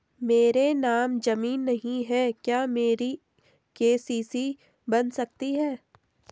मेरे नाम ज़मीन नहीं है क्या मेरी के.सी.सी बन सकती है?